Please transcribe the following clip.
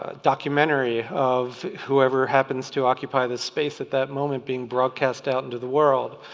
ah documentary of whoever happens to occupy this space at that moment being broadcast out into the world.